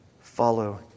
follow